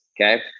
Okay